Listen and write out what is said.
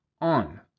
on